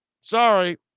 Sorry